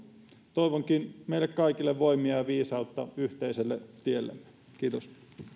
toivonkin meille kaikille voimia ja viisautta yhteiselle tiellemme kiitos